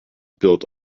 built